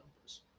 numbers